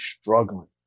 struggling